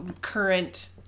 current